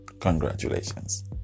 congratulations